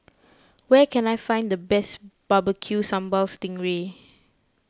where can I find the best Barbecue Sambal Sting Ray